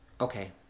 Okay